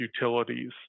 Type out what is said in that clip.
utilities